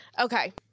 Okay